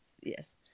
yes